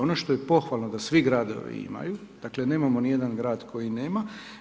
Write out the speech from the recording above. Ono to je pohvalno da svi gradovi imaju, dakle nemamo ni jedan grad koji nema.